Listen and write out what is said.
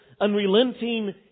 unrelenting